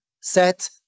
Set